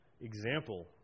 example